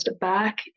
back